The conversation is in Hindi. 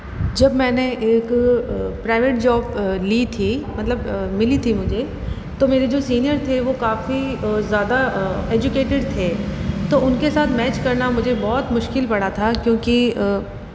जब मैंने एक प्राईवेट जॉब ली थी मतलब मिली थी मुझे तो मेरे जो सीनियर थे वो काफ़ी ज़्यादा एजुकेटेड थे तो उनके साथ मैच करना मुझे बहुत मुश्किल पड़ा था क्योंकि